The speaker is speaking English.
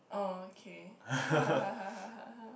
orh okay